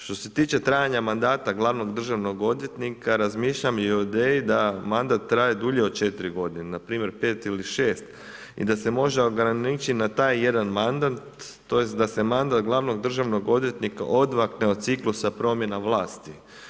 Što se tiče trajanja mandata glavnog državnog odvjetnika, razmišljam i o ideji da mandat traje dulje od 4 g., npr. 5 ili 6 i da se može ograničiti na taj jedan mandat tj. da se mandat glavnog državnog odvjetnika odmakne od ciklusa promjene vlasti.